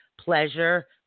pleasure